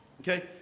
okay